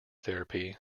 therapy